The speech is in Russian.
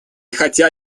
хотя